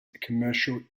commercial